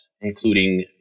including